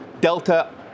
Delta